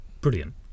brilliant